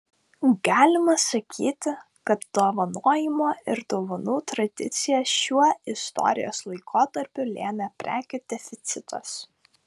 galima sakyti kad dovanojimo ir dovanų tradicijas šiuo istorijos laikotarpiu lėmė prekių deficitas